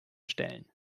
stellen